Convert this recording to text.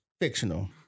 Fictional